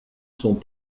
sont